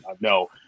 No